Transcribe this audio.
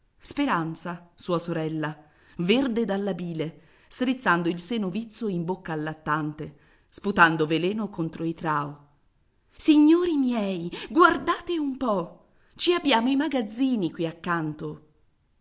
speranza sua sorella verde dalla bile strizzando il seno vizzo in bocca al lattante sputando veleno contro i trao signori miei guardate un po ci abbiamo i magazzini qui accanto